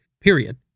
period